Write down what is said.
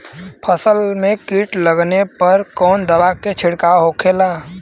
फसल में कीट लगने पर कौन दवा के छिड़काव होखेला?